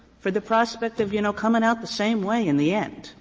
for the prospect of, you know, coming out the same way in the end